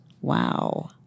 Wow